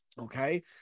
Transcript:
Okay